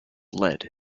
led